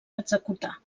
executar